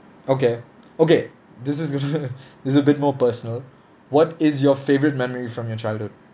okay okay this is going to this is a bit more personal what is your favourite memory from your childhood